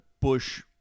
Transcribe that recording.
Bush